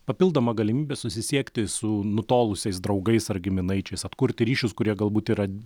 papildoma galimybė susisiekti su nutolusiais draugais ar giminaičiais atkurti ryšius kurie galbūt yra